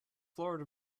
florida